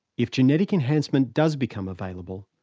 if genetic enhancement does become available,